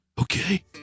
okay